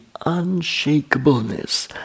unshakableness